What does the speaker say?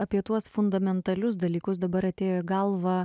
apie tuos fundamentalius dalykus dabar atėjo galvą